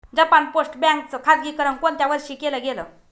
Japan post bank च खाजगीकरण कोणत्या वर्षी केलं गेलं?